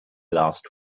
last